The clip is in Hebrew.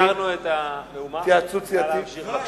סידרנו את המהומה, נא להמשיך.